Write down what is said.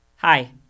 Hi